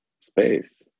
space